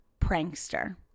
prankster